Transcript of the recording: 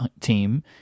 team